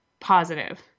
positive